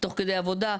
תוך כדי עבודה,